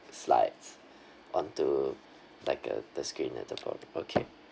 slides onto like a the screen at the ballroom okay